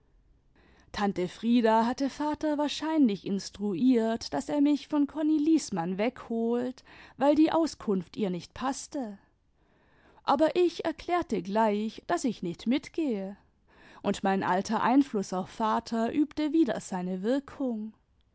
tante frieda hatte vater wahrscheinlich instruiert daß er mich von konni liesmann wegholt weil die auskunft ihr nicht paßte aber ich erklärte gleich daß ich nicht mitgehe und mein alter einfluß auf vater übte wieder seine wirkung